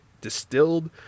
distilled